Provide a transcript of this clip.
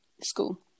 school